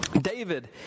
David